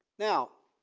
now.